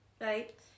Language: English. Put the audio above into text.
right